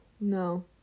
No